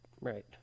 Right